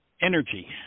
Energy